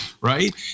Right